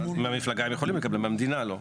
מהמפלגה הם יכולים לקבל, מהמדינה לא.